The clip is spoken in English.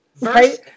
Right